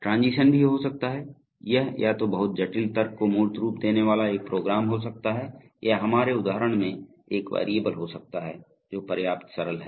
transition भी हो सकता है यह या तो बहुत जटिल तर्क को मूर्त रूप देने वाला एक प्रोग्राम हो सकता है या हमारे उदाहरण में एक वेरिएबल हो सकता है जो पर्याप्त सरल है